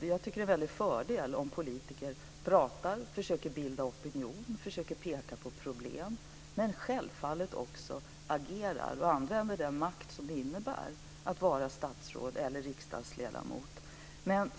Jag tycker att det är en väldig fördel om politiker pratar, försöker bilda opinion, försöker peka på problem, men självfallet också agerar och använder den makt som det innebär att vara statsråd eller riksdagsledamot.